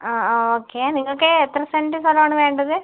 അ ആ ഓക്കെ നിങ്ങൾക്ക് എത്ര സെന്റ് സ്ഥലമാണ് വേണ്ടത്